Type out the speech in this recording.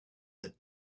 the